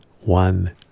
One